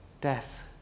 death